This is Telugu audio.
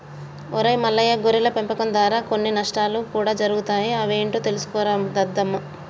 ఒరై మల్లయ్య గొర్రెల పెంపకం దారా కొన్ని నష్టాలు కూడా జరుగుతాయి అవి ఏంటో తెలుసుకోరా దద్దమ్మ